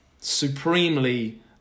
supremely